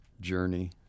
journey